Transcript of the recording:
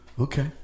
okay